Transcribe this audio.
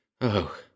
Oh